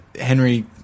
Henry